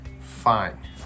Fine